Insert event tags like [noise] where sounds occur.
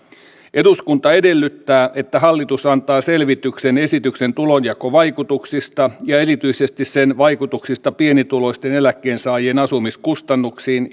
eduskunta edellyttää että hallitus antaa selvityksen esityksen tulonjakovaikutuksista ja erityisesti sen vaikutuksista pienituloisten eläkkeensaajien asumiskustannuksiin [unintelligible]